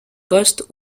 poste